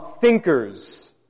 Thinkers